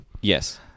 Yes